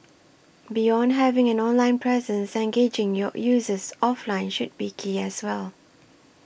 beyond having an online presence engaging your users offline should be key as well